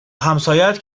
همسایهات